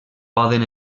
poden